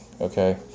okay